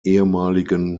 ehem